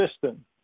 system